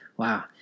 Wow